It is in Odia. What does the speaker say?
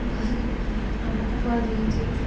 ବାହାର ଆମକୁ କୁହାଯାଇଛି